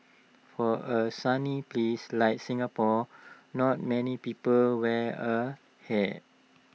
for A sunny place like Singapore not many people wear A hat